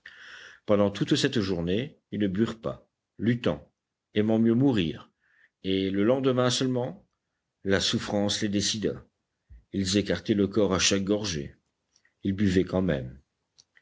pendant toute cette journée ils ne burent pas luttant aimant mieux mourir et le lendemain seulement la souffrance les décida ils écartaient le corps à chaque gorgée ils buvaient quand même